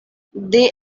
they